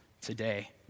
today